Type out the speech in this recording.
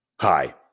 Hi